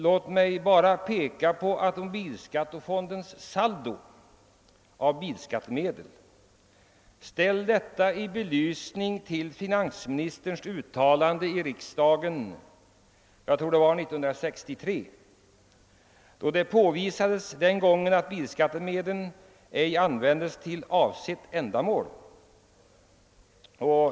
Låt mig då bara peka på automobilskattemedelsfondens saldo. Ställ detta i belysning av finansministerns uttalande i riksdagen — jag tror det var år 1963 — då det hade påvisats att automobilskattemedlen ej användas för avsett ändamål.